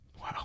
Wow